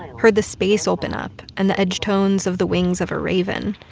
heard the space open up and the edge tones of the wings of a raven.